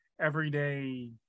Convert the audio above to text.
everyday